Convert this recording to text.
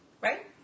Right